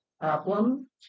problem